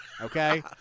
okay